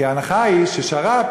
כי ההנחה היא ששר"פ,